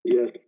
Yes